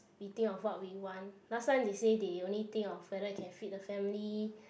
we think of what we want last time they say they only think of whether can feed the family